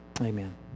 Amen